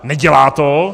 Nedělá to.